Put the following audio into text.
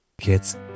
Kids